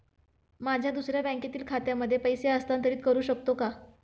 माझ्या दुसऱ्या बँकेतील खात्यामध्ये पैसे हस्तांतरित करू शकतो का?